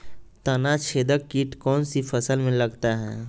तनाछेदक किट कौन सी फसल में लगता है?